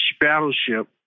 battleship